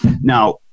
now